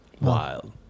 Wild